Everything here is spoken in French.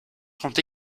sont